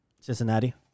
Cincinnati